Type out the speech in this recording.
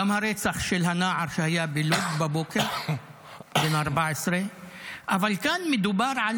גם הרצח של הנער בן ה-14 שהיה בלוד בבוקר.